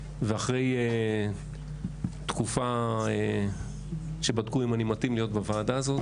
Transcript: ואחרי תקופה שבדקו אם אני מתאים להיות בוועדה הזאת,